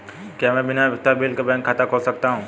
क्या मैं बिना उपयोगिता बिल के बैंक खाता खोल सकता हूँ?